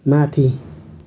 माथि